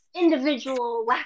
individual